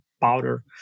powder